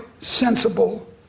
sensible